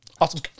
Awesome